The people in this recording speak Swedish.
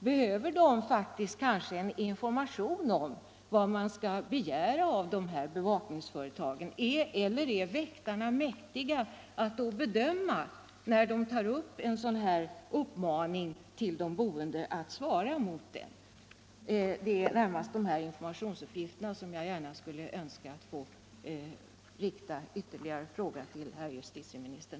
Behöver bostadsföretagen kanske information om vad de kan begära av vaktbolagen, eller är väktarna själva mäktiga att bedöma var gränsen för deras befogenheter går, när bostadsföretagen gör sådana här uppmaningar till de boende? Det är närmast om dessa informationsfrågor som jag skulle vilja ha ytterligare besked från justitieministern.